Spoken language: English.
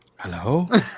Hello